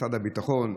משרד הביטחון,